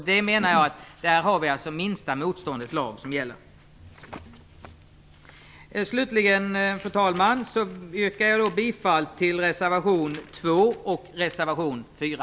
Där är det alltså minsta motståndets lag som gäller. Fru talman! Slutligen yrkar jag bifall till reservation 2 och reservation 4.